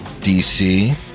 DC